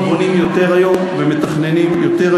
אתה צודק,